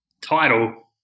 title